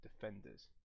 defenders